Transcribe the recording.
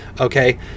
okay